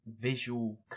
Visual